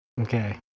Okay